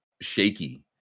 shaky